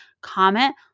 comment